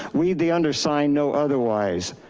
we, the undersigned know otherwise.